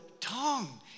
tongue